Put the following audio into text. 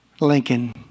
Lincoln